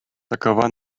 такова